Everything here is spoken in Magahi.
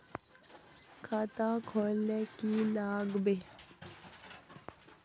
खाता खोल ले की लागबे?